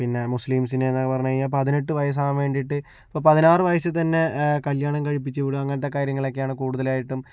പിന്നെ മുസ്ലീംസിനെ എന്ന് പറഞ്ഞു കഴിഞ്ഞാൽ പതിനെട്ട് വയസാകാൻ വേണ്ടിട്ട് അപ്പോൾ പതിനാറ് വയസിൽ തന്നെ കല്യാണം കഴിപ്പിച്ച് ഇവിടെ അങ്ങനത്തെ കാര്യങ്ങളാണ് കൂടുതലായിട്ടും